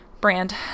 brand